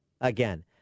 Again